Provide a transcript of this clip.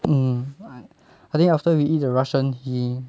hmm I I think after we eat the russian he